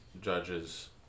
judges